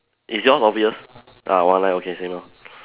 is yours obvious ah one line okay same lor